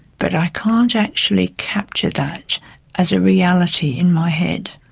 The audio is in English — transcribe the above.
but i can't actually capture that as a reality in my head.